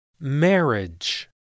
marriage